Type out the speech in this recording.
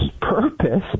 purpose